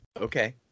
Okay